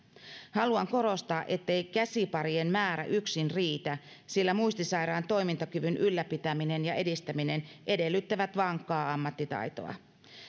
haluan korostaa ettei käsiparien määrä yksin riitä sillä muistisairaan toimintakyvyn ylläpitäminen ja edistäminen edellyttävät vankkaa ammattitaitoa